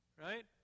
Right